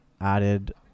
added